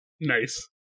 Nice